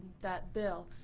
that bill.